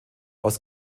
aus